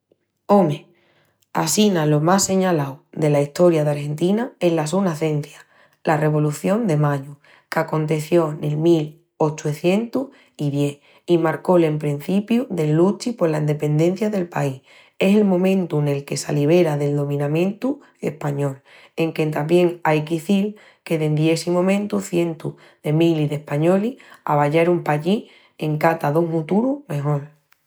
Ome, assina lo más señalau dela Estoria d'Argentina es la su nacencia, la Revolución de Mayu, qu'aconteció nel mil ochucientus-i-dies i marcó l'emprencipiu del luchi pola endependencia del país. Es el momentu nel que s'alibera del dominamientu español. Enque tamién ai qu'izil que dendi essii momentu cientus de milis d'españolis aballarun pallí en cata dun huturu mejol.